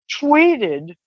tweeted